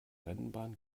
rennbahn